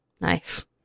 Nice